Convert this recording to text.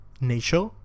nature